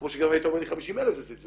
כמו שגם אם היית אומר לי 50,000 זה זלזול.